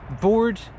bored